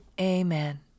Amen